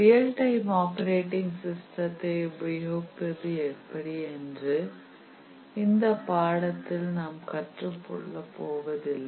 real time operating சிஸ்டத்தை உபயோகிப்பது எப்படி என்று இந்த பாடத்தில் கற்றுக் கொள்ளப் போவதில்லை